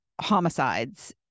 homicides